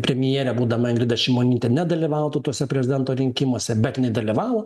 premjere būdama ingrida šimonytė nedalyvautų tuose prezidento rinkimuose bet jinai dalyvavo